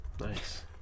Nice